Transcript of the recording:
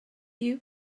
you